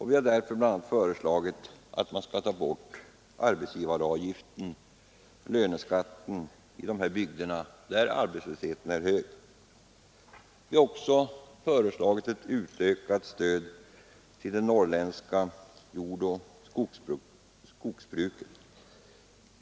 Vi har därför bl.a. föreslagit att arbetsgivaravgiften — löneskatten — skall tas bort i dessa bygder, där arbetslösheten är hög. Vi har också föreslagit utökat stöd till det norrländska jordoch skogsbruket.